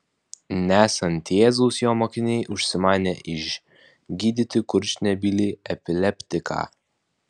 nesant jėzaus jo mokiniai užsimanė išgydyti kurčnebylį epileptiką